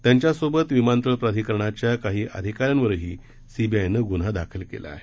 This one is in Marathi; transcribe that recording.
त्यांच्यासोबत विमानतळ प्राधिकरण्याच्या काही अधिकाऱ्यांवरही सीबी आयनं गुन्हा दाखल केला आहे